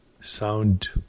Sound